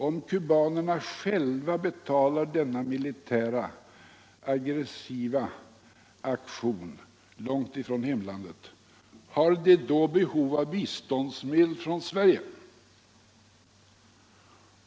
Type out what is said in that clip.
Om kubanerna själva betalar denna militära aggressiva aktion långt ifrån hemlandet — har de då behov av biståndsmedel från Sverige?